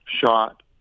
shot